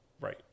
right